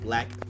Black